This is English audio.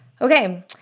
Okay